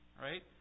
right